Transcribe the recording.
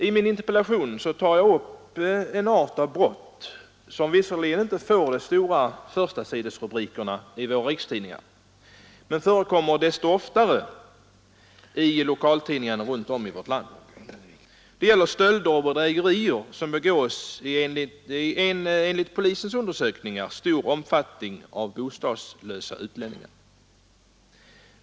I min interpellation tar jag upp en art av brott som visserligen inte får de stora förstasidesrubrikerna i våra rikstidningar men som skildras desto oftare i lokaltidningarna runt om i vårt land. Det gäller stölder och bedrägerier som begås — i en enligt polisens undersökningar stor omfattning — av bostadslösa utlänningar.